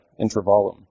intervolum